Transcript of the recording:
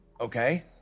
Okay